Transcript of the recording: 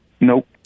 Nope